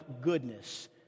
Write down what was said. goodness